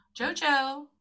JoJo